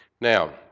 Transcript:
Now